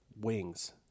Wings